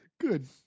Good